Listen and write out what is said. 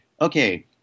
okay